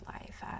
life